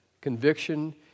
conviction